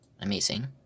amazing